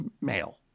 male